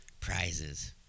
prizes